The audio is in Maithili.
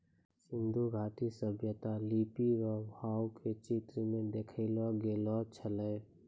सिन्धु घाटी सभ्यता लिपी रो भाव के चित्र मे देखैलो गेलो छलै